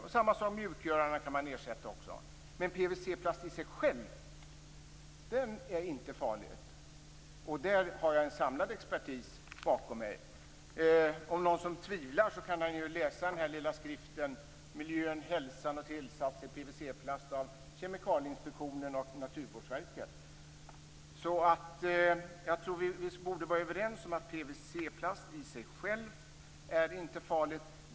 Samma sak är det med mjukgörarna, dem kan man också ersätta. Men PVC-plast i sig är inte farlig. Där har jag en samlad expertis bakom mig. Om någon tvivlar kan han läsa den lilla skriften Miljön, hälsan och tillsatser i PVC-plast av Kemikalieinspektionen och Naturvårdsverket. Jag tror att vi borde vara överens om att PVC-plast i sig själv inte är farlig.